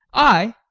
i?